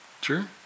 sure